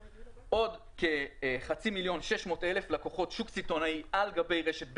עוד כחצי מיליון עד 600,000 לקוחות שוק סיטונאי על גבי רשת בזק,